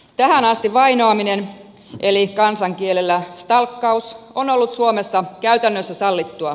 tähän asti vainoaminen eli kansankielellä stalkkaus on ollut suomessa käytännössä sallittua